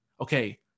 okay